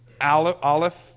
aleph